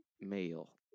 male